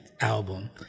album